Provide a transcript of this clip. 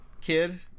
kid